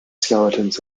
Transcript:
skeletons